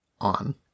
on